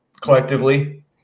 collectively